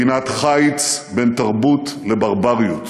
מדינת חיץ בין תרבות לברבריות.